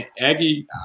Aggie